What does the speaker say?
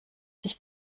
sich